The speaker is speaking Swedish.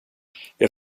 jag